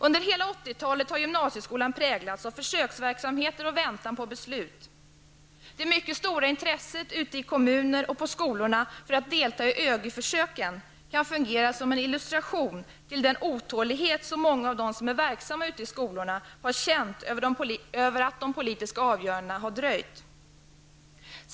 Under hela 80-talet har gymnasieskolan präglats av försöksverksamheter och väntan på beslut. Det mycket stora intresset ute i kommunerna och på skolorna för att delta i ÖGY-försöken kan fungera som en illustration till den otålighet som många av dem som är verksamma ute i skolorna har känt över att de politiska avgörandena har dröjt.